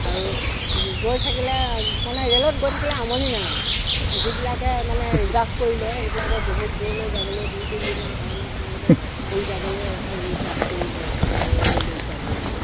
আৰু গৈ থাকিলে মানে ৰে'লত গৈ থাকিলে আমনি নালাগে যিবিলাকে মানে ৰিজাৰ্ভ কৰি লয় সেইবিলাকে বহুত দূৰলৈ যাবলৈ দুই তিনিদিনৰ কাৰণে তেওঁলোকে শুই যাবলৈ ৰিজাৰ্ভ কৰি লয় ৰে'লত যাবলৈ হ'লে